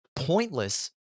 pointless